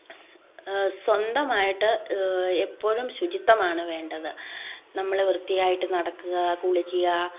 സ് സ്വന്തമായിട്ട് എപ്പോഴും ശുചിത്വമാണ് വേണ്ടത് നമ്മൾ വൃത്തിയായിട്ട് നടക്കുക കുളിക്കുക